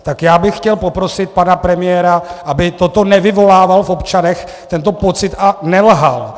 Tak já bych chtěl poprosit pana premiéra, aby toto nevyvolával v občanech, tento pocit, a nelhal.